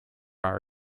our